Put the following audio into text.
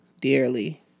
dearly